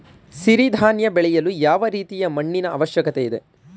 ಸಿರಿ ಧಾನ್ಯ ಬೆಳೆಯಲು ಯಾವ ರೀತಿಯ ಮಣ್ಣಿನ ಅವಶ್ಯಕತೆ ಇದೆ?